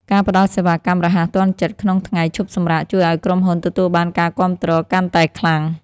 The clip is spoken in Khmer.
ការផ្តល់សេវាកម្មរហ័សទាន់ចិត្តក្នុងថ្ងៃឈប់សម្រាកជួយឱ្យក្រុមហ៊ុនទទួលបានការគាំទ្រកាន់តែខ្លាំង។